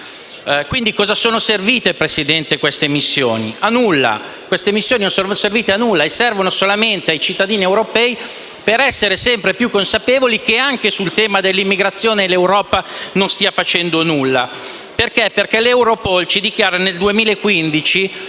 A cosa sono servite, Presidente, queste missioni? A nulla. Queste missioni non sono servite a nulla. Sono servite solo ai cittadini europei per essere sempre più consapevoli come anche sul tema dell'immigrazione l'Europa non stia facendo nulla perché l'Europol dichiara che nel 2015